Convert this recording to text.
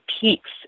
peaks